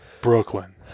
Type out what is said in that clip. Brooklyn